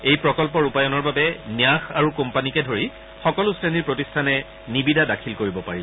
এই প্ৰকল্প ৰূপায়নৰ বাবে ন্যাস আৰু কোম্পানীকে ধৰি সকলো শ্ৰেণীৰ প্ৰতিষ্ঠানে নিবিদা দাখিল কৰিব পাৰিব